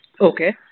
Okay